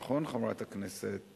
נכון, חברת הכנסת